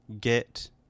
Get